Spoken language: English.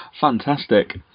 Fantastic